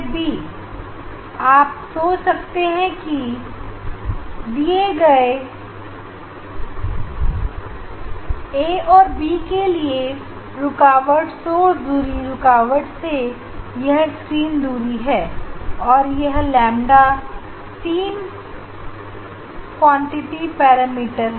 अब आप सोच सकते हैं कि दिए गए एबी के लिए रुकावट सोर्स दूरी रुकावट से यह स्क्रीन दूरी है और यह लौंडा तीन मात्रा पैरामीटर है